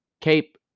Cape